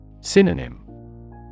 Synonym